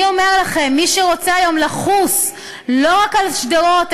אני אומר לכם: מי שרוצה היום לחוס לא רק על שדרות,